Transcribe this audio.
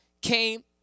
came